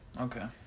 Okay